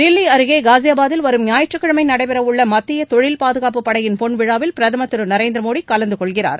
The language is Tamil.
தில்வி அருகே காசியாபாத்தில் வரும் ஞாயிற்றுக்கிழமை நடைபெற உள்ள மத்திய தொழில் பாதுகாப்பு படையின் பொன்விழாவில் பிரதம் திரு நரேந்திர மோடி கலந்துகொள்கிறார்